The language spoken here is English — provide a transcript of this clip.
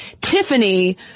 Tiffany